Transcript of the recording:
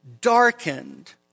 darkened